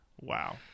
Wow